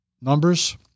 numbers